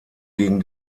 gegen